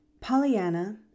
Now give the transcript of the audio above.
Pollyanna